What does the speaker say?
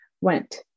went